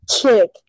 chick